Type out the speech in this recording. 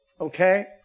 okay